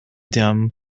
them